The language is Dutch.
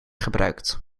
gebruikt